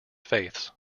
faiths